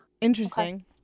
interesting